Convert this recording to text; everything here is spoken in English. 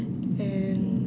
and